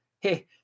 Hey